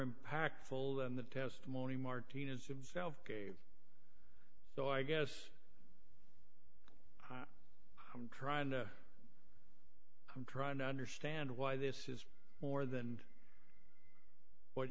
impactful than the testimony martinez himself gave so i guess i'm trying to i'm trying to understand why this is more than what